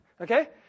Okay